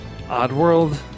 Oddworld